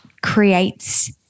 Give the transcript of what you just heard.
creates